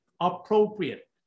appropriate